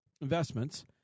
investments